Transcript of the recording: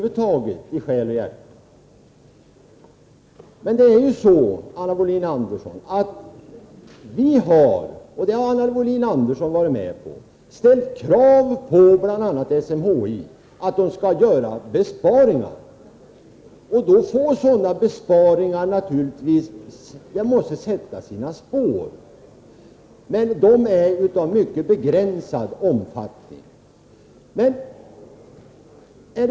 Men det är ju så, att vi - Anna Wohlin-Andersson var med på det — har krävt att bl.a. SMHI skall göra besparingar. Naturligtvis måste sådana besparingar sätta sina spår. De är emellertid av mycket begränsad omfattning.